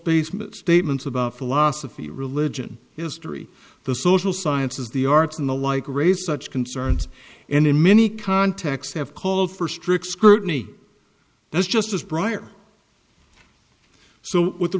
basement statements about philosophy religion history the social sciences the arts and the like raise such concerns and in many contexts have called for strict scrutiny that's just as prior so what the